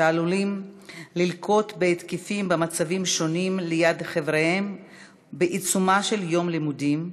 שעלולים ללקות בהתקפים במצבים שונים ליד חבריהם בעיצומו של יום לימודים,